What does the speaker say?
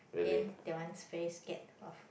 then that one's very scared of